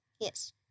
yes